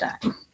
time